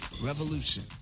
revolution